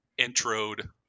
introed